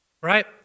Right